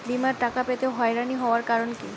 বিমার টাকা পেতে হয়রানি হওয়ার কারণ কি?